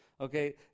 Okay